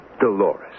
Dolores